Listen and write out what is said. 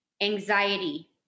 anxiety